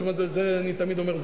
אני תמיד אומר,